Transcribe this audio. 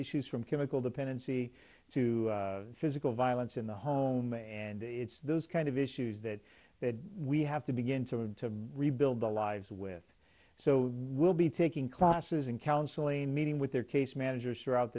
issues from chemical dependency to physical violence in the home and it's those kind of issues that that we have to begin to rebuild the lives with so we'll be taking classes in council a meeting with their case managers throughout